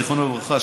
זיכרונו לברכה,